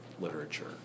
literature